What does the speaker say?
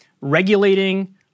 regulating